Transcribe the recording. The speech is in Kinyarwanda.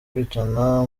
kwicana